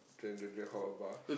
drank drank drank hop the bar